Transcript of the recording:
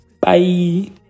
Bye